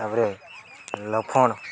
ତାପରେ ଲକ୍ଷ୍ମଣ